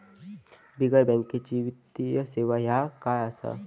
बिगर बँकेची वित्तीय सेवा ह्या काय असा?